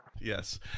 Yes